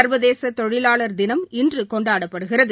சர்வதேச தொழிலாளர் தினம் இன்று கொண்டாடப்படுகிறது